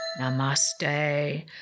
Namaste